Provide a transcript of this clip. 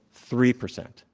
three percent.